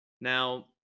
Now